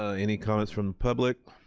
ah any comments from public?